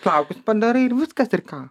plaukus padarai ir viskas ir ką